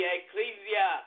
Ecclesia